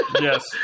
Yes